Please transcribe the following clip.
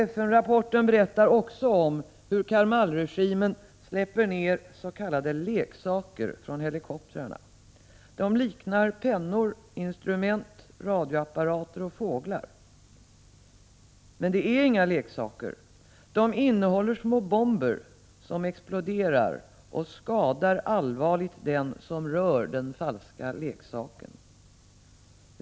FN-rapporten berättar också om hur Karmalregimen släpper ner s.k. leksaker från helikoptrar. De liknar pennor, instrument, radioapparater och fåglar. Men de är inga leksaker. De innehåller små bomber som exploderar och allvarligt skadar den som rör den falska leksaken.